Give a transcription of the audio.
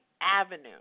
avenue